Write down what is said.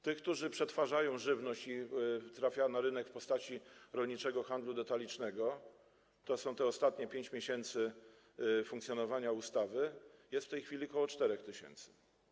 Tych, którzy przetwarzają żywność, która trafia na rynek w ramach rolniczego handlu detalicznego - to te ostatnie 5 miesięcy funkcjonowania ustawy - jest w tej chwili ok. 4 tys.